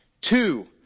Two